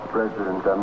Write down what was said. President